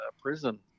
prison